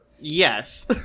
Yes